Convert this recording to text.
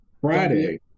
Friday